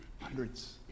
Hundreds